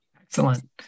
Excellent